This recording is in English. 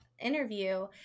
interview